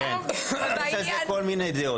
יש על זה כל מיני דעות.